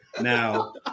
Now